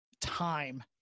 time